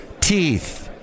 teeth